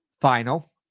final